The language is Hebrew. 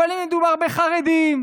אבל אם מדובר בחרדים,